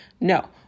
No